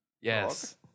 Yes